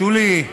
שולי,